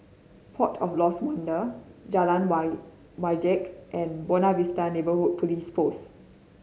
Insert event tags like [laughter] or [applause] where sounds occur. Port of Lost Wonder Jalan [unintelligible] Wajek and Buona Vista Neighbourhood Police Post